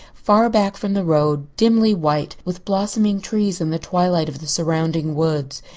far back from the road, dimly white with blossoming trees in the twilight of the surrounding woods.